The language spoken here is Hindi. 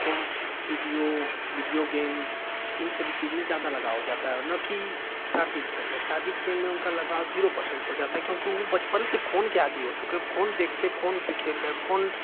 फोन वीडियो वीडियो गेम्स इन सभी चीज़ में ज़्यादा लगाव हो जाता है न कि शारीरिक गेम में शारीरिक गेम में उनका लगाव जीरो परसेंट हो जाता है क्योंकि वो बचपन से वो फोन के आदि हो चुके है फोन देखते फोन से खेल रहे हैं फोन